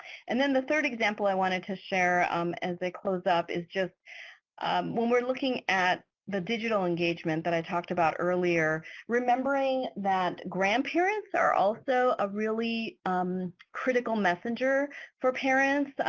and then the third example i wanted to share um as i close up is just when we're looking at the digital engagement that i talked about earlier, remembering that grandparents are also a really critical messenger for parents.